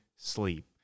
sleep